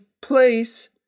place